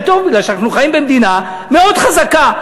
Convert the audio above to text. טוב מפני שאנחנו חיים במדינה מאוד חזקה,